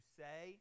say